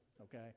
okay